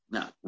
Now